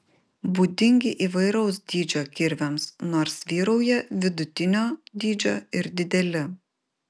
būdingi įvairaus dydžio kirviams nors vyrauja vidutinio dydžio ir dideli